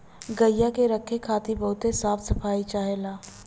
गइया के रखे खातिर बहुत साफ सफाई चाहेला